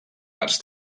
les